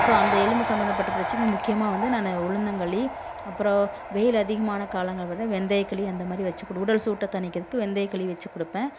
so அந்த எலும்பு சம்மந்தப்பட்ட பிரச்சனை முக்கியமாக வந்து நான் உளுந்தங்களி அப்புறோம் வேலை அதிகமான காலங்களில் வந்து வெந்தயக்களி அந்த மாதிரி வச்சி கொடு உடல் சூட்டத் தணிக்கிறதுக்கு வெந்தயக்களி வச்சிக் கொடுப்பேன்